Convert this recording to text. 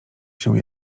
się